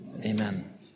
amen